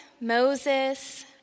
Moses